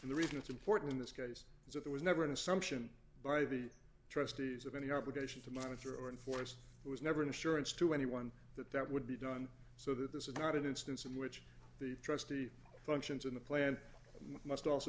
the reason it's important in this case is that there was never an assumption by the trustees of any obligation to monitor or enforce was never an assurance to anyone that that would be done so that this is not an instance in which the trustee functions in the plan must also